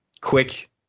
quick